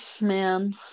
man